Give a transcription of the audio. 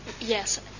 Yes